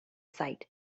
sight